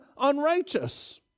unrighteous